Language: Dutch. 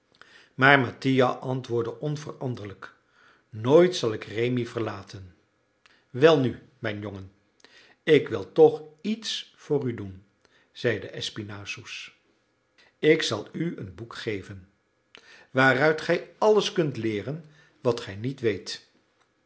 maar mattia antwoordde onveranderlijk nooit zal ik rémi verlaten welnu mijn jongen ik wil toch iets voor u doen zeide espinassous ik zal u een boek geven waaruit gij alles kunt leeren wat gij niet weet